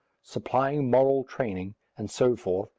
supplying moral training, and so forth,